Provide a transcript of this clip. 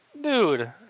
Dude